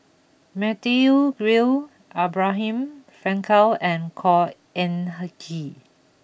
Matthew Ngui Abraham Frankel and Khor Ean Ghee